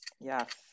Yes